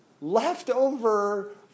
leftover